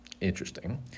Interesting